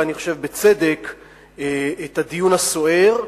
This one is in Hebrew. ואני חושב בצדק, את הדיון הסוער,